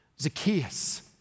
Zacchaeus